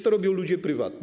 To robią ludzie prywatni.